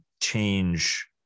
change